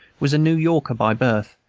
was a new-yorker by birth,